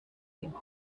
you